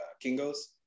Kingo's